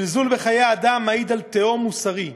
זלזול בחיי אדם מעיד על תהום מוסרית.